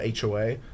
HOA